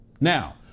Now